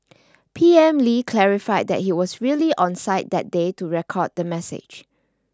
P M Lee clarified that he was really on site that day to record the message